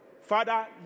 Father